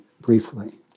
briefly